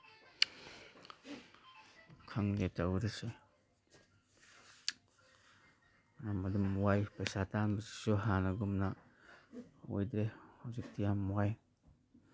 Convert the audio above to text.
ꯈꯪꯗꯦ ꯇꯧꯔꯤꯁꯦ ꯌꯥꯝ ꯑꯗꯨꯝ ꯋꯥꯏ ꯄꯩꯁꯥ ꯇꯥꯟꯕꯁꯤꯁꯨ ꯍꯥꯟꯅꯒꯨꯝꯅ ꯑꯣꯏꯗ꯭ꯔꯦ ꯍꯧꯖꯤꯛꯇꯤ ꯌꯥꯝ ꯋꯥꯏ